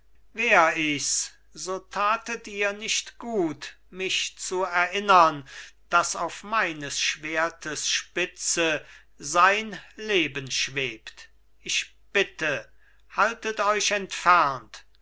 wär ichs so tatet ihr nicht gut mich zu erinnern daß auf meines schwertes spitze sein leben schwebt ich bitte haltet euch entfernt